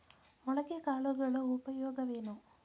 ಮೊಳಕೆ ಕಾಳುಗಳ ಉಪಯೋಗವೇನು?